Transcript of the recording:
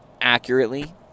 accurately